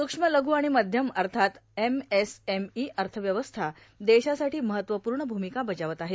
सूक्ष्म लघ्र आणि मध्यम अर्थात एमएसएमई अर्थव्यवस्था देशासाठी महत्वपूर्ण भूमिका बजावत आहे